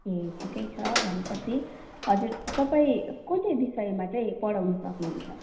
ए ठिकै छ भनेपछि हजुर तपाईँ कुन चाहिँ विषयमा चाहिँ पढाउनु सक्नुहुन्छ